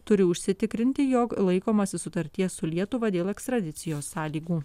turi užsitikrinti jog laikomasi sutarties su lietuva dėl ekstradicijos sąlygų